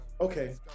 okay